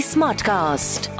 Smartcast